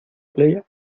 playa